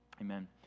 Amen